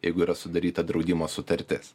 jeigu yra sudaryta draudimo sutartis